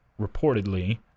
reportedly